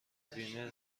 بیمه